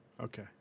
Okay